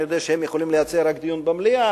אני יודע שהם יכולים להציע רק דיון במליאה,